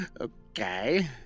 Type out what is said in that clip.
Okay